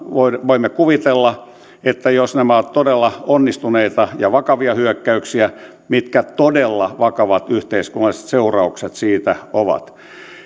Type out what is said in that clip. voimme kuvitella että jos nämä ovat todella onnistuneita ja vakavia hyökkäyksiä niin mitkä todella vakavat yhteiskunnalliset seuraukset niistä ovat